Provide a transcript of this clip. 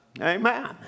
Amen